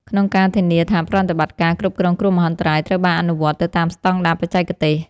ក្នុងការធានាថាប្រតិបត្តិការគ្រប់គ្រងគ្រោះមហន្តរាយត្រូវបានអនុវត្តទៅតាមស្ដង់ដារបច្ចេកទេស។